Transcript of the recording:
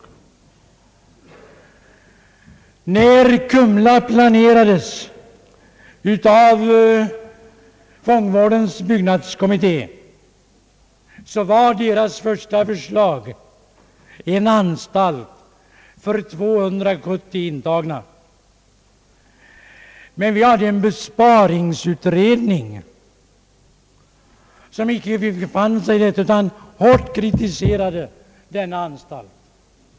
När Kumlaanstalten planerades av fångvårdens byggnadskommitté, upptog kommitténs första förslag en anstalt för 270 intagna, men detta förslag kritiserades hårt av den besparingsutredning som då var i arbete.